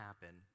happen